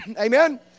Amen